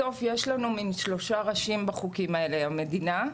בסוף יש לנו מין שלושה ראשים בחוקים האלה: המדינה,